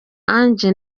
ange